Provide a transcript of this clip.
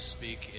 Speak